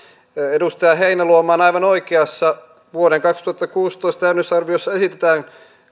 edustaja heinäluoma on aivan oikeassa vuoden kaksituhattakuusitoista talousarviossa esitetään